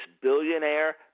billionaire